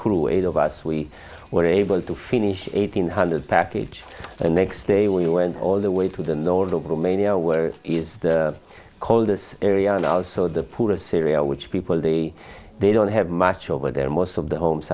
crew eight of us we were able to finish eighteen hundred package the next day we went all the way to the north of romania is the coldest area and also the poorest syria which people they they don't have much over there most of the homes